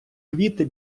квіти